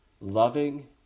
loving